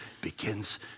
begins